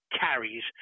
carries